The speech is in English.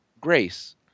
grace